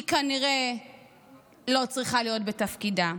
היא כנראה לא צריכה להיות בתפקידה.